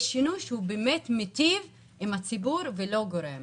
שינוי שהוא באמת מיטיב עם הציבור ולא גורע ממנו.